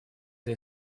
для